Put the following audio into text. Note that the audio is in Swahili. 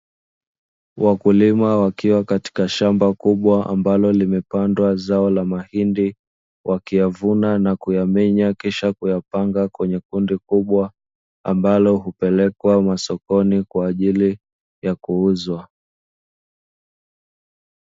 Wakulima wakiwa katika shamba kubwa ambalo limepandwa zao na mahindi wakiyavuna na kuyamenya, kisha kuyapanga kwenye kundi kubwa ambalo hupelekwa masokoni kwa ajili ya kuuzwa.